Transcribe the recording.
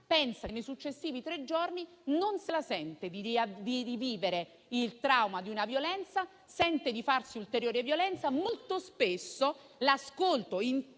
denuncia nei successivi tre giorni non se la sente di rivivere il trauma di una violenza, perché sente di farsi ulteriore violenza. Molto spesso l'ascolto, se